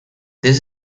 this